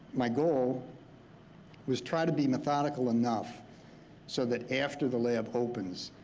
my goal was try to be methodical enough so that after the lab opens,